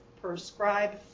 prescribe